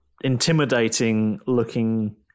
intimidating-looking